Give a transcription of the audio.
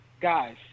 Guys